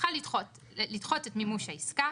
צריכה לדחות את מימוש העסקה